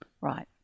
Right